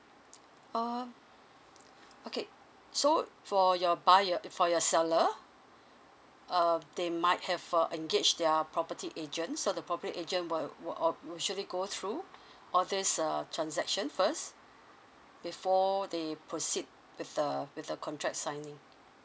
err okay so for your buyer eh for your seller uh they might have uh engaged their property agent so the property agent will will all usually go through all these err transaction first before they proceed with the with the contract signing